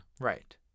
Right